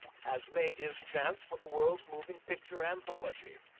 has made his chance for the world's moving picture anthology.